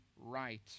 right